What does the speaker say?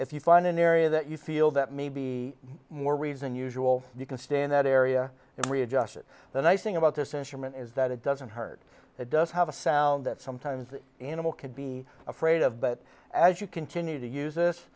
if you find an area that you feel that may be more reason usual you can stay in that area and readjust it the nice thing about this issue and is that it doesn't hurt it does have a sound that sometimes the animal could be afraid of but as you continue to use this